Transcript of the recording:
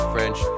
French